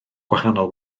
gwahanol